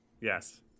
Yes